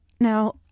now